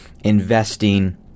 investing